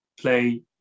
play